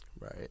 Right